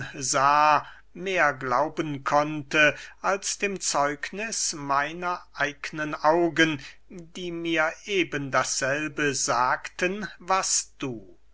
sah mehr glauben konnte als dem zeugniß meiner eignen augen die mir eben dasselbe sagten was du